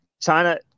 China